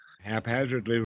haphazardly